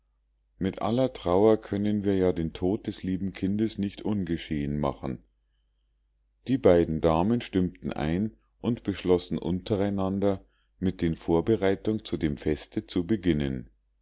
mit aller trauer können wir ja den tod des lieben kindes nicht ungeschehen machen die beiden damen stimmten ein und beschlossen untereinander mit den vorbereitungen zu dem feste zu beginnen